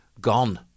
gone